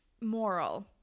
Moral